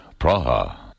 Praha